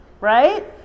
right